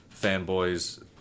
fanboys